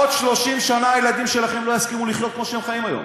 בעוד 30 שנה הילדים שלכם לא יסכימו לחיות כמו שהם חיים היום,